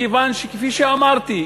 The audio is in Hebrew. מכיוון שכפי שאמרתי,